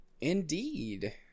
Indeed